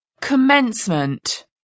Commencement